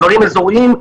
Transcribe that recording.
דברים אזוריים,